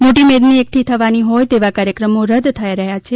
મોટી મેદની એકઠી થવાની હોય તેવા કાર્યક્રમો રદ થઈ રહ્યા છે